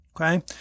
Okay